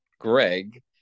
Greg